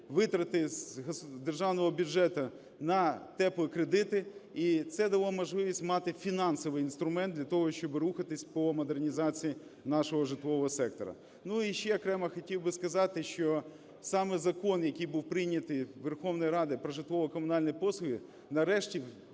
витрати з державного бюджету на "теплі" кредити, і це дало можливість мати фінансовий інструмент для того, щоби рухатись по модернізації нашого житлового сектора. Ну і ще окремо хотів би сказати, що саме закон, який був прийнятий Верховною Радою, "Про житлово-комунальні послуги", нарешті,